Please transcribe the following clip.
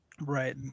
Right